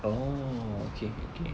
oh okay okay